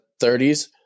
30s